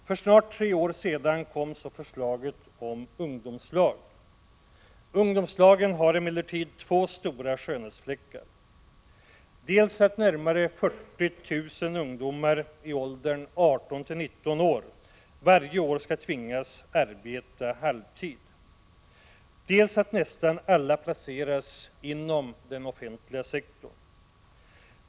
För snart tre år sedan kom så förslaget om ungdomslag. Ungdomslagen har emellertid två stora skönhetsfläckar, dels att närmare 40 000 ungdomar i åldern 18-19 år varje år skall tvingas arbeta halvtid, dels att nästan alla placeras inom den offentliga sektorn.